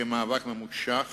אחרי מאבק ממושך